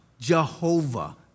Jehovah